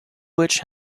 which